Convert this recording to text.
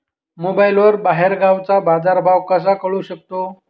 मोबाईलवर बाहेरगावचा बाजारभाव कसा कळू शकतो?